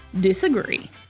disagree